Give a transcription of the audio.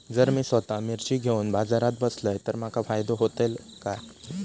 जर मी स्वतः मिर्ची घेवून बाजारात बसलय तर माका फायदो होयत काय?